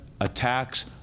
attacks